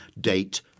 date